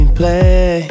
play